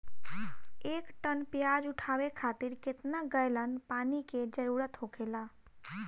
एक टन प्याज उठावे खातिर केतना गैलन पानी के जरूरत होखेला?